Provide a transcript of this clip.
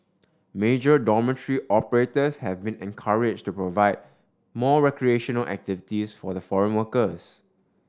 major dormitory operators have been encouraged to provide more recreational activities for the foreign workers